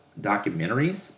documentaries